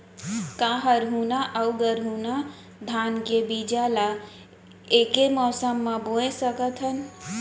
का हरहुना अऊ गरहुना धान के बीज ला ऐके मौसम मा बोए सकथन?